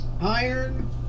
iron